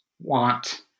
want